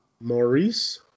Maurice